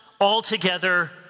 altogether